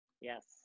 yes